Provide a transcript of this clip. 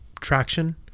traction